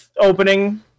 opening